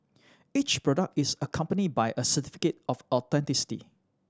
each product is accompanied by a certificate of authenticity